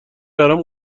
برام